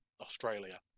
Australia